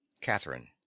Catherine